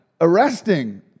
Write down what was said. arresting